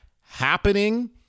happening